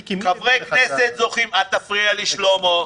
מיקי, מי --- אל תפריע לי, שלמה.